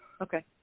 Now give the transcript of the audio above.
Okay